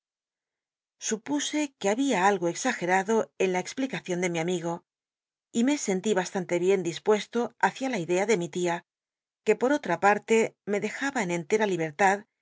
supuse que babia algo exagerado en la explicacion de mi amigo y me sentí bastante bien dispuesto hacia la idea de mi tia uc por otra p wte a libertad